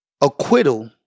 acquittal